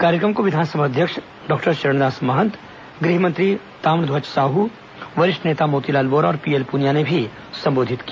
कार्यक्रम को विधानसभा अध्यक्ष चरणदास महंत गृहमंत्री ताम्रध्वज साहू वरिष्ठ नेता मोतीलाल वोरा और पीएल पुनिया ने भी संबोधित किया